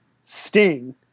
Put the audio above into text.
Sting